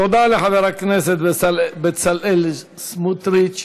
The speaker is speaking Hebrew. תודה לחבר הכנסת בצלאל סמוטריץ.